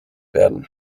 werden